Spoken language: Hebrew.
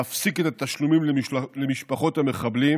להפסיק את התשלומים למשפחות המחבלים